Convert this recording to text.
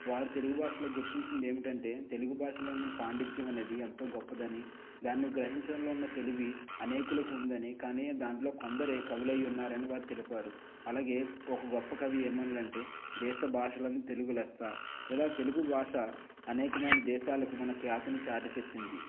వాళ్లు తెలుగు భాషలో గుర్తించింది ఏమిటంటే తెలుగు భాషలో ఉన్న పాండిత్యం అనేది ఎంతో గొప్పదని దాన్ని గ్రహించడంలో ఉన్న తెలివి అనేకులకు ఉందని కానీ దాంట్లో కొందరే కవులు అయి ఉన్నారని వారు తెలిపారు అలాగే ఒక గొప్ప కవి ఏమన్నాడు అంటే దేశభాషలందు తెలుగు లెస్స ఇలా తెలుగు భాష అనేకమైన దేశాలకు మన ఖ్యాతిని చాటి చెప్పింది